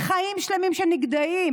חיים שלמים שנגדעים.